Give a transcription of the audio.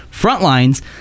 Frontlines